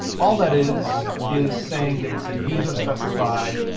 all that is is saying that it's a user-specified